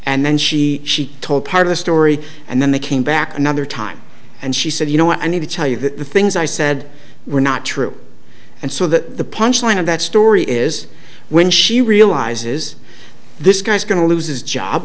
and then she told part of the story and then they came back another time and she said you know i need to tell you that the things i said were not true and so the punchline of that story is when she realizes this guy's going to lose his job